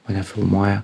mane filmuoja